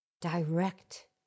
direct